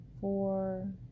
four